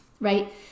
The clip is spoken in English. right